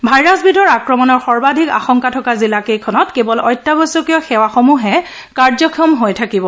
ভাইৰাছবিধৰ আক্ৰমণৰ সৰ্বাধিক আশংকা থকা জিলাকেইখনত কেৱল অত্যাৱশ্যকীয় সেৱা সমূহহে কাৰ্যক্ষম হৈ থাকিব